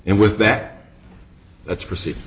and with that that's pretty